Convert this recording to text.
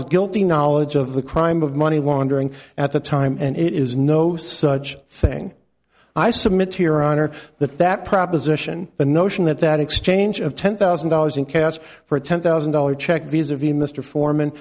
ferals guilty knowledge of the crime of money laundering at the time and it is no such thing i submit to your honor that that proposition the notion that that exchange of ten thousand dollars in cash for a ten thousand dollars check visa v mr foreman